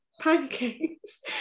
pancakes